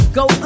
go